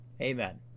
Amen